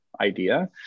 idea